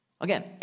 Again